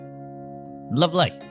Lovely